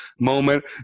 moment